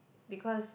because